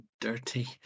dirty